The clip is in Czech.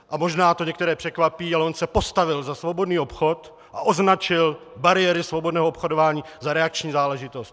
A možná to některé překvapí, ale on se postavil za svobodný obchod a označil bariéry svobodného obchodování za reakční záležitost.